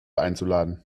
einzuladen